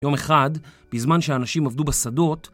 יום אחד, בזמן שאנשים עבדו בשדות